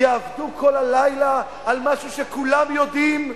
יעבדו כל הלילה על משהו שכולם יודעים?